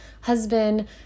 husband